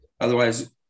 Otherwise